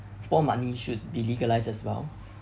for money should be legalized as well